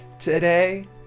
Today